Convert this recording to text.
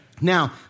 Now